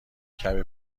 کمی